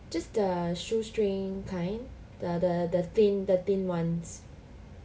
just the shoestring kind the the the thin the thin ones